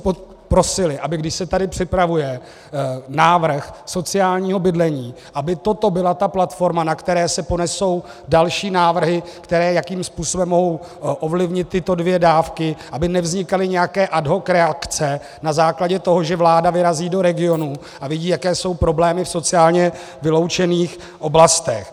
My bychom prosili, když se tady připravuje návrh sociálního bydlení, aby toto byla ta platforma, na které se ponesou další návrhy, jakým způsobem ovlivnit tyto dvě dávky, aby nevznikaly nějaké ad hoc reakce na základě toho, že vláda vyrazí do regionů a vidí, jaké jsou problémy v sociálně vyloučených oblastech.